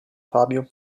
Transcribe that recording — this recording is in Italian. fabio